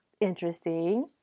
Interesting